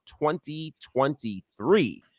2023